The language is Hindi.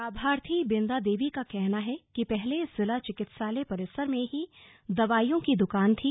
लाभार्थी बिंदा देवी का कहना है कि पहले जिला चिकित्सालय परिसर में ही दवाइयों की द्वकान थी